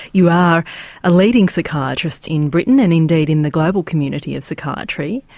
you are a leading psychiatrist in britain and indeed in the global community of psychiatry.